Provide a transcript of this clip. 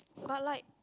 but like